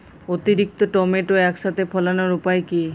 অতিরিক্ত টমেটো একসাথে ফলানোর উপায় কী?